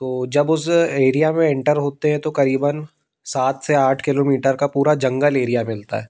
तो जब उस एरिया में इंटर होते हैं तो करीबन सात से आठ किलोमीटर का पूरा जंगल एरिया मिलता है